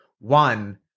one